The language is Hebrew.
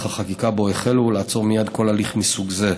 החקיקה שבו החלו ולעצור מייד כל הליך מסוג זה.